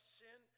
sin